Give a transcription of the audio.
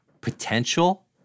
potential